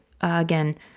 again